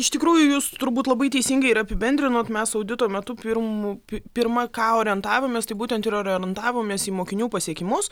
iš tikrųjų jūs turbūt labai teisingai ir apibendrinot mes audito metu pirmu pirma ką orientavomės tai būtent ir orientavomės į mokinių pasiekimus